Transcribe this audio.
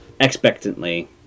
expectantly